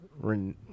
Ren